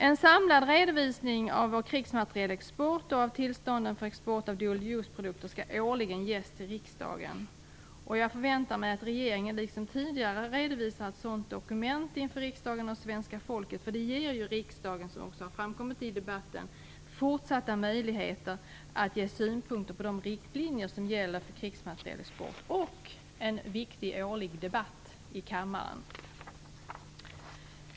En samlad redovisning av vår krigsmaterielexport och av tillstånden för export av dual use-produkter skall årligen ges till riksdagen. Jag förväntar mig att regeringen, liksom tidigare, redovisar ett sådant dokument inför riksdagen och svenska folket. Det ger ju riksdagen, vilket framkommit i debatten, fortsatta möjligheter att ge synpunkter på de riktlinjer som gäller för krigsmaterielexport och möjlighet till en viktig årlig debatt i kammaren.